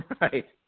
Right